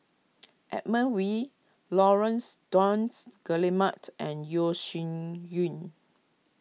Edmund Wee Laurence Nunns Guillemard and Yeo Shih Yun